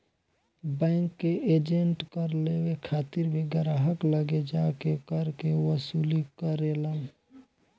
bank के agent कर लेवे खातिर भी ग्राहक लगे जा के कर के वसूली करेलन